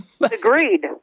Agreed